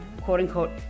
quote-unquote